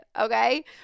Okay